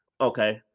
Okay